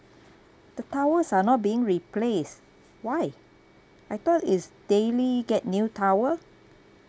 the towels are not being replaced why I thought is daily get new towel